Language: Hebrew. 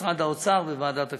משרד האוצר וועדת הכספים.